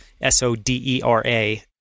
S-O-D-E-R-A